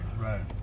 right